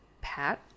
pat